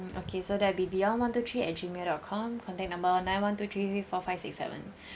okay so that'll be leon one two three at gmail dot com contact number nine one two three four five six seven